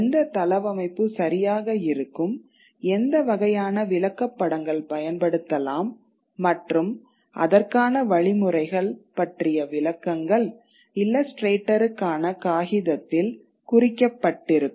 எந்த தளவமைப்பு சரியாக இருக்கும் எந்த வகையான விளக்கப்படங்கள் பயன்படுத்தலாம் மற்றும் அதற்கான வழிமுறைகள் பற்றிய விளக்கங்கள் இல்லஸ்ட்ரேட்டருக்கான காகிதத்தில் குறிக்கப்பட்டிருக்கும்